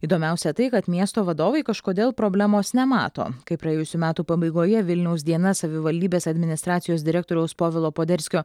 įdomiausia tai kad miesto vadovai kažkodėl problemos nemato kai praėjusių metų pabaigoje vilniaus diena savivaldybės administracijos direktoriaus povilo poderskio